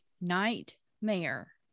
Nightmare